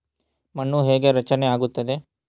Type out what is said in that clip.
ಮಣ್ಣು ಹೇಗೆ ರಚನೆ ಆಗುತ್ತದೆ?